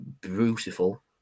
beautiful